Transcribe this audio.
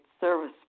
service